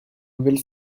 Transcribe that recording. nouvelle